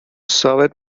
ثابت